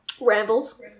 Rambles